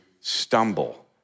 stumble